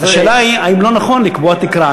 השאלה היא אם לא נכון לקבוע תקרה,